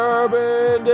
Urban